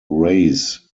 race